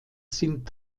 sind